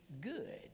good